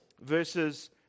verses